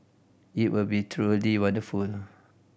it will be truly wonderful